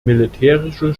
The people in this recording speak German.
militärische